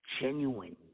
genuine